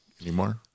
anymore